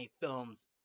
films